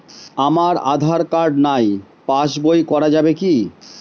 আমার আঁধার কার্ড নাই পাস বই করা যাবে কি?